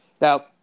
Now